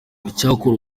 icyakora